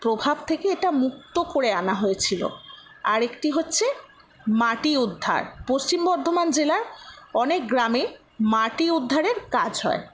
প্রভাব থেকে এটা মুক্ত করে আনা হয়েছিল আর একটি হচ্ছে মাটি উদ্ধার পশ্চিম বর্ধমান জেলার অনেক গ্রামে মাটি উদ্ধারের কাজ হয়